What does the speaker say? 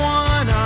one